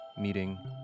meeting